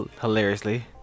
hilariously